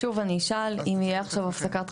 שוב אני אשאל אם תהיה עכשיו הפסקת חשמל?